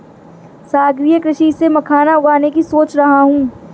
सागरीय कृषि से मखाना उगाने की सोच रहा हूं